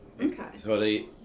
okay